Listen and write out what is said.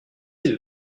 ainsi